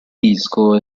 disco